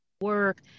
work